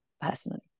Personally